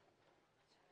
יהודה.